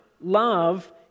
love